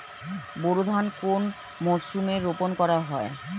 বোরো ধান কোন মরশুমে রোপণ করা হয়?